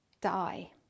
die